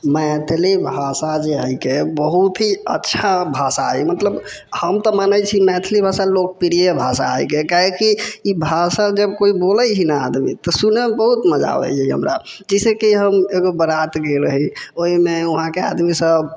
मैथिली भाषा जे हइके बहुत हि अच्छा भाषा हइ मतलब हम तऽ मानै छी मैथिली भाषा लोकप्रिय भाषा हइ काहेकि ई भाषा जब कोइ बोलै छै न आदमी तऽ सुनैमे बहुत मजा आबैया हमरा जइसे कि हम एकगो बारात गेल रहि ओहिमे वहाँके आदमी सभ